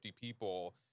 people